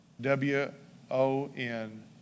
W-O-N